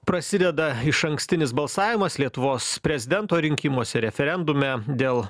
prasideda išankstinis balsavimas lietuvos prezidento rinkimuose referendume dėl